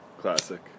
Classic